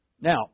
Now